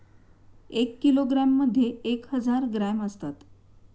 एक किलोग्रॅममध्ये एक हजार ग्रॅम असतात